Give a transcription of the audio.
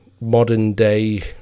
modern-day